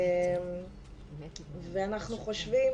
ואנחנו חושבים